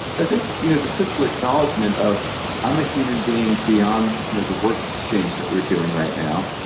i think you know the simple acknowledgement of i'm a human being beyond you know the work exchange that we're doing right now,